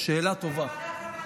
שאלה טובה.